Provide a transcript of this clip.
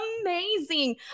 amazing